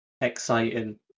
exciting